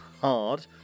hard